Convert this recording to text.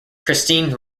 christine